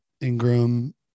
Ingram